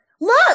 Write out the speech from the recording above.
look